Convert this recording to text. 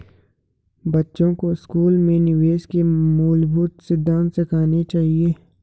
बच्चों को स्कूल में निवेश के मूलभूत सिद्धांत सिखाने चाहिए